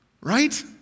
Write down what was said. Right